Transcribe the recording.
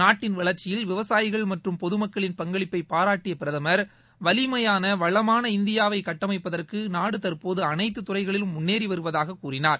நாட்டின் வளரச்சியில் விவசாயிகள் மற்றும் பொது மக்களின் பங்களிப்பை பாராட்டிய பிரதமர் வலிமையாள வளமான இந்தியாவை கட்டமைப்பதற்கு நாடு தற்போது அனைத்து துறைகளிலும் முன்னேறி வருவதாக கூறினார்